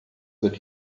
that